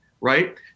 Right